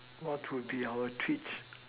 what to be our twitch